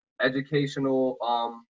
educational